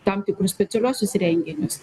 tam tikru specialiuosius renginius